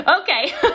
Okay